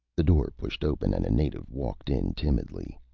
the door pushed open and a native walked in timidly.